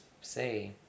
say